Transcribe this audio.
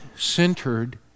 Centered